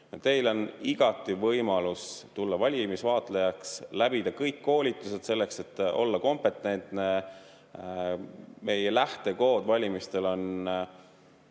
Teil on igati võimalus tulla valimisvaatlejaks, läbida kõik koolitused selleks, et olla kompetentne. Meie lähtekood valimistel on